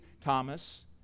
Thomas